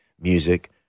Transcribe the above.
music